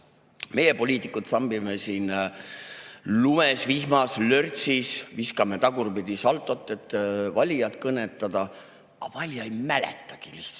Meie, poliitikud, trambime lumes, vihmas ja lörtsis, viskame tagurpidisaldot, et valijat kõnetada. Aga valija ei mäletagi, lihtsalt,